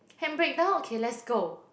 handbrake down okay let's go